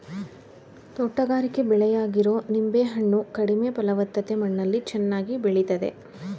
ತೋಟಗಾರಿಕೆ ಬೆಳೆಯಾಗಿರೊ ನಿಂಬೆ ಹಣ್ಣು ಕಡಿಮೆ ಫಲವತ್ತತೆ ಮಣ್ಣಲ್ಲಿ ಚೆನ್ನಾಗಿ ಬೆಳಿತದೆ